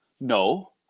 No